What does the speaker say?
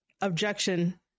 objection